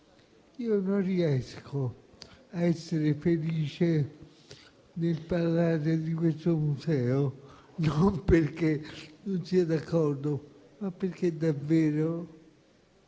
io non riesco a essere felice nel parlare di questo Museo, e non perché non sia d'accordo, ma perché la